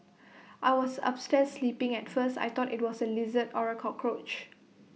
I was upstairs sleeping at first I thought IT was A lizard or A cockroach